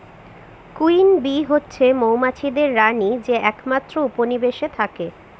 queen bee হচ্ছে মৌমাছিদের রানী যে একমাত্র উপনিবেশে থাকে